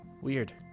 Weird